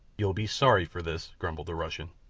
you'll be sorry for this, grumbled the russian.